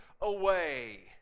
away